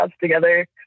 together